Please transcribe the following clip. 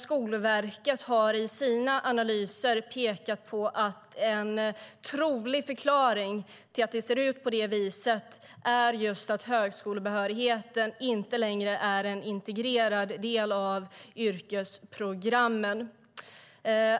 Skolverket har i sina analyser pekat på att en trolig förklaring till att det ser ut på det viset är just att högskolebehörigheten inte längre är en integrerad del av yrkesprogrammen.